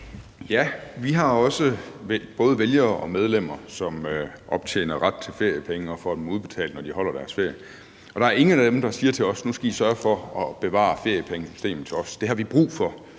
Vi har også både vælgere og medlemmer, som optjener ret til feriepenge og får dem udbetalt, når de holder deres ferie, og der er ingen af dem, der siger til os: Nu skal I sørge for at bevare feriepengesystemet til os; det har vi brug for